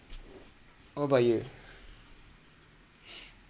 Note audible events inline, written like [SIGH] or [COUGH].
[NOISE] what about you [NOISE]